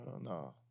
no